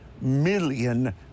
million